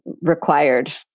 required